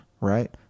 right